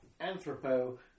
anthropo